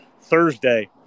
Thursday